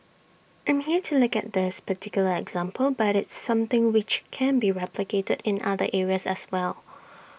I'm here to look at this particular example but it's something which can be replicated in other areas as well